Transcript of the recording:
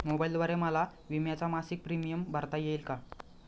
मोबाईलद्वारे मला विम्याचा मासिक प्रीमियम भरता येईल का?